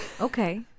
Okay